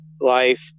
life